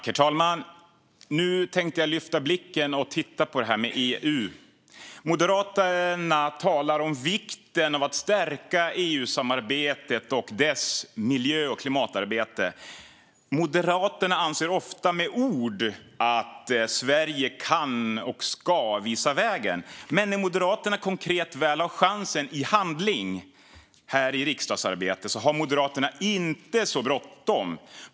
Herr talman! Nu tänkte jag lyfta blicken och titta på detta med EU. Moderaterna talar om vikten av att stärka EU-samarbetet och EU:s miljö och klimatarbete. Moderaterna uttrycker ofta i ord att Sverige kan och ska visa vägen. Men när Moderaterna väl konkret har chansen, i handling, här i riksdagsarbetet har de inte så bråttom.